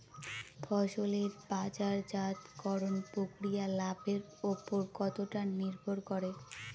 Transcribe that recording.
ফসলের বাজারজাত করণ প্রক্রিয়া লাভের উপর কতটা নির্ভর করে?